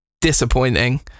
disappointing